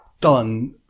done